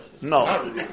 No